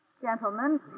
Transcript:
gentlemen